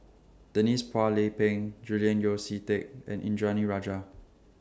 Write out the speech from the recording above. Denise Phua Lay Peng Julian Yeo See Teck and Indranee Rajah